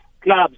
clubs